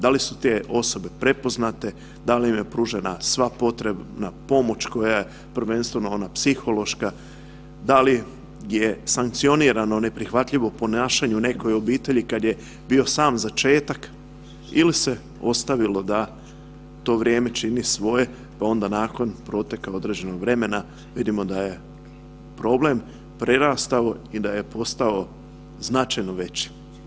Da li su te osobe prepoznate, da li im je pružena sva potrebna pomoć koja je prvenstveno ona psihološka, da li je sankcionirano neprihvatljivo ponašanje u nekoj obitelji kad je bio sam začetak ili se ostavilo da to vrijeme čini svoje pa onda nakon proteka određenog vremena vidimo da je problem prerastao i da je postao značajno veći.